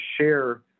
share